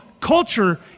culture